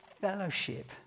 fellowship